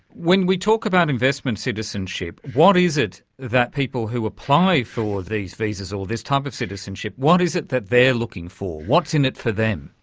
when we talk about investment citizenship, what is it that people who apply for these visas or this type of citizenship, what is it that they are looking for? what's in it for them?